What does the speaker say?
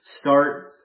start